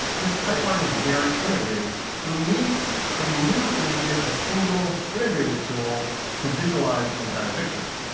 this pipeline is very integrated, so we knew so we knew we needed a single integrated tool to visualize the entire picture.